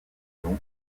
nom